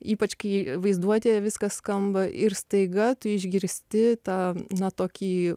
ypač kai vaizduotėje viskas skamba ir staiga tu išgirsti tą na tokį